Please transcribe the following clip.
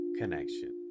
connection